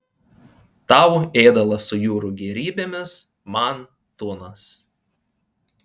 tau ėdalas su jūrų gėrybėmis man tunas